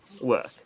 work